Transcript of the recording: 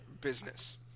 business